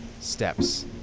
steps